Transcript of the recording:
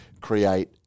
create